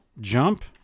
Jump